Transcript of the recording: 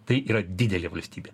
tai yra didelė valstybė